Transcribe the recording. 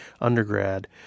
undergrad